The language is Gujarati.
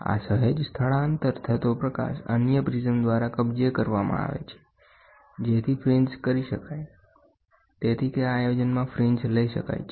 આ સહેજ સ્થળાંતર થતો પ્રકાશ અન્ય પ્રિઝમ દ્વારા કબજે કરવામાં આવે છે જેથી ફ્રિન્જ્સ કરી શકાય તેથીકે આ આયોજનમાં ફ્રિન્જ્સ લઈ શકાય છે